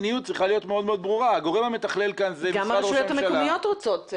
מעוניינות לתכנן את החוף שלהן בצורה שהן רוצות,